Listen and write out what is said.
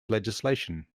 legislation